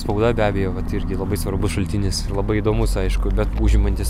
spauda be abejo vat irgi labai svarbus šaltinis ir labai įdomus aišku bet užimantis